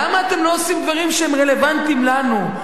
למה אתם לא עושים דברים שהם רלוונטיים לנו,